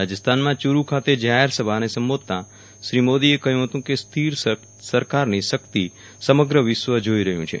રાજસ્થાનમાં ચુરૂ ખાતે જાહેરસભાને સંબોધતાં શ્રી મોદીએ કહ્યું કે સ્થિર સરકારની શક્તિ સમગ્ર વિશ્વ જોઇ રહ્યું છે